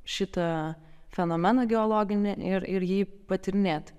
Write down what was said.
šitą fenomeną geologinį ir ir jį patyrinėt